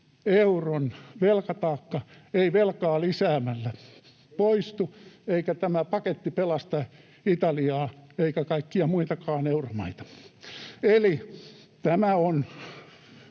euron velkataakka ei velkaa lisäämällä poistu, eikä tämä paketti pelasta Italiaa eikä kaikkia muitakaan euromaita.